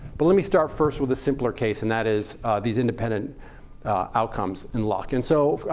but let me start first with a simpler case, and that is these independent outcomes in luck. and so